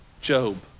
Job